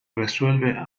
resuelve